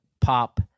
pop